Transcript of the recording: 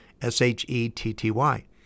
S-H-E-T-T-Y